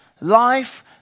Life